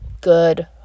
good